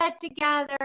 together